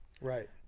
Right